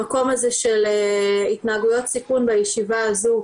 המקום הזה של התנהגויות סיכון בישיבה הזו,